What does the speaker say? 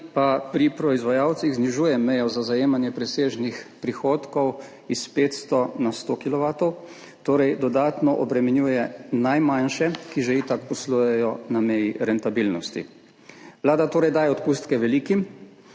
pa pri proizvajalcih znižuje mejo za zajemanje presežnih prihodkov s 500 na 100 kilovatov, torej dodatno obremenjuje najmanjše, ki že itak poslujejo na meji rentabilnosti. Vlada torej daje odpustke velikim,